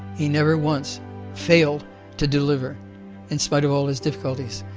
he never once failed to deliver in spite of all his difficulties.